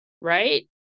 right